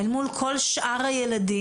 אל מול כל שאר הילדים,